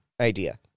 idea